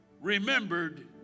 remembered